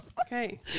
okay